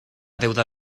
deuda